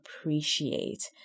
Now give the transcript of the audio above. appreciate